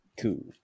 cool